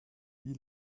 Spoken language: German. wie